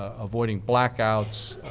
avoiding black outs,